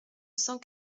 cent